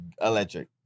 electric